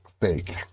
Fake